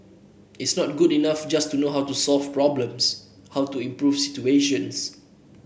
it's not good enough just to know how to solve problems how to improve situations